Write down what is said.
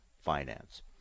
Finance